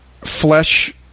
flesh